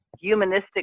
humanistic